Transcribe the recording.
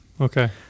Okay